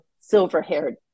silver-haired